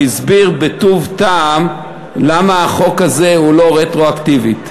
והסביר בטוב טעם למה החוק הזה הוא לא רטרואקטיבי.